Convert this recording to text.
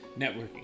networking